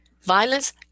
Violence